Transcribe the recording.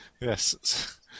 Yes